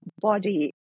body